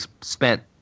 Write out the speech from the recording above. spent